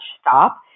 stop